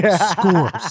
scores